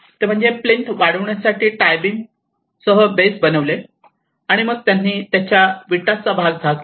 ते म्हणजे प्लिंथ वाढवण्यासाठी टाय बीमसह बेस बनवले आणि मग त्यांनी त्याच्या विटाचा भाग झाकला